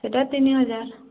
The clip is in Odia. ସେଟା ତିନି ହଜାର